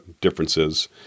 differences